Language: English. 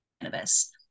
cannabis